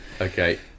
Okay